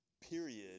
period